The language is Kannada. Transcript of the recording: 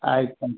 ಆಯ್ತು